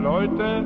Leute